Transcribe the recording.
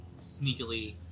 sneakily